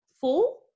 four